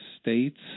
states